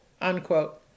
unquote